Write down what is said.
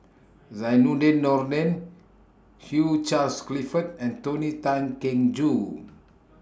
Zainudin Nordin Hugh Charles Clifford and Tony Tan Keng Joo